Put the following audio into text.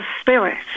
spirit